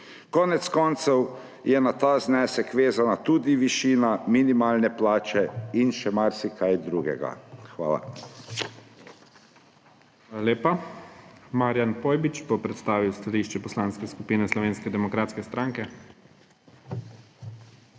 Konec koncev je na ta znesek vezana tudi višina minimalne plače in še marsikaj drugega. Hvala.